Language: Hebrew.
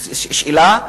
זאת שאלה.